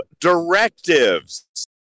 directives